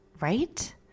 right